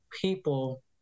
people